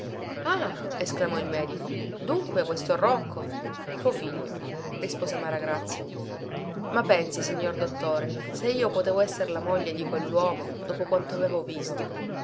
ah esclamò il medico dunque questo rocco suo figlio rispose maragrazia ma pensi signor dottore se io potevo esser la moglie di quelluomo dopo quanto avevo visto